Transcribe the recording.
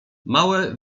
małe